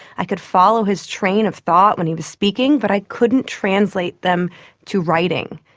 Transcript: i could follow his train of thought when he was speaking but i couldn't translate them to writing.